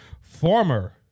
former